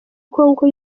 congo